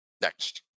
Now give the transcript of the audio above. Next